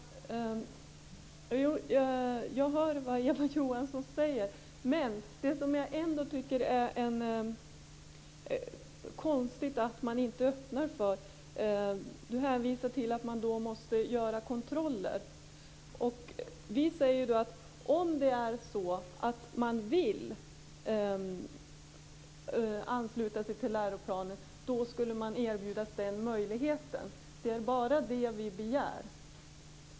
Fru talman! Jag hör vad Eva Johansson säger. Men jag tycker ändå att det är konstigt att man inte öppnar för detta. Eva Johansson hänvisar till att man då måste göra kontroller. Vi säger att om det är så att man vill ansluta sig till läroplanen skulle man erbjudas den möjligheten. Det är bara det vi begär.